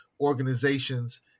organizations